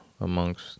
amongst